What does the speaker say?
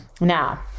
Now